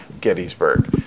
gettysburg